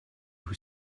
who